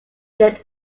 get